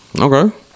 okay